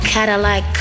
Cadillac